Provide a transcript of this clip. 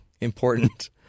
important